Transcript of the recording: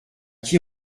qui